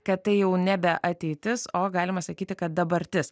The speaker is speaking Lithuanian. kad tai jau nebe ateitis o galima sakyti kad dabartis